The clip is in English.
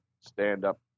stand-up